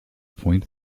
point